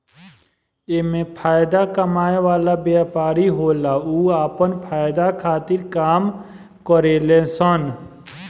एमे फायदा कमाए वाला व्यापारी होला उ आपन फायदा खातिर काम करेले सन